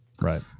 Right